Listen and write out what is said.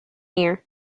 year